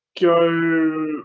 go